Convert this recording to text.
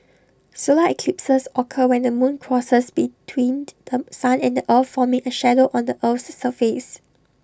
solar eclipses occur when the moon crosses between The Sun and the earth forming A shadow on the Earth's surface